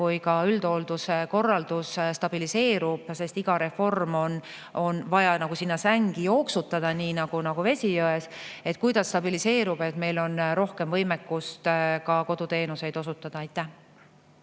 kui üldhoolduse korraldus stabiliseerub – sest iga reform on vaja sinna sängi jooksutada, nii nagu vesi jões –, siis meil on rohkem võimekust ka koduteenuseid osutada. Aitäh